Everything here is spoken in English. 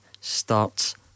starts